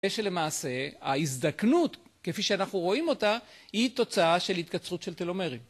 שלמעשה ההזדקנות, כפי שאנחנו רואים אותה, היא תוצאה של התקצרות של טלומרים.